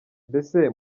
mbese